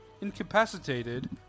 incapacitated